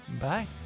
bye